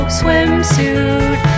swimsuit